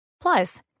Plus